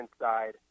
inside